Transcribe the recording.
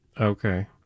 Okay